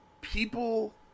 People